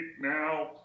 now